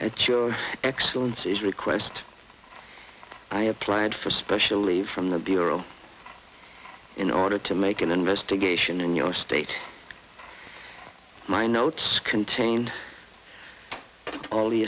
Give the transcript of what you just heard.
your excellences request i applied for special leave from the bureau in order to make an investigation in your state my notes contained all the